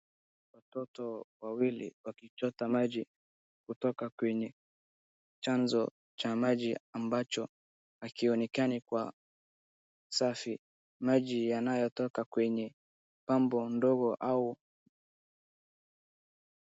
Watoto wawili wanachota maji kutoka kwenye chanzo cha maji ambacho hakionekani kuwa safi. Maji yanayotoka kwenye pambo ndogo au.